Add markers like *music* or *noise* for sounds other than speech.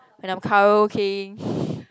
when I am karaokeing *breath*